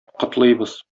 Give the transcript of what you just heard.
котлыйбыз